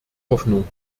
hoffnung